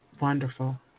Wonderful